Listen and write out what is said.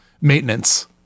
maintenance